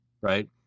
Right